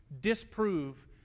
disprove